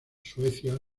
suecia